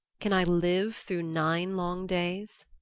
can i live through nine long days?